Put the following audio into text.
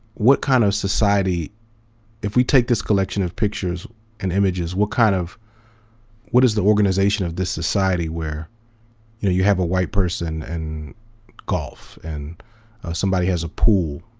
what kind of society if we take this collection of pictures and images, what kind of what is the organization of this society where you have a white person and golf. and somebody has a pool,